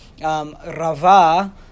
rava